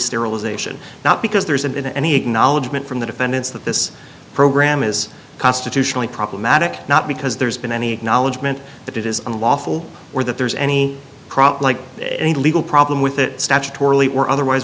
sterilization not because there isn't any acknowledgement from the defendants that this program is constitutionally problematic not because there's been any knowledge meant that it is unlawful or that there's any crop like any legal problem with